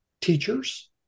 teachers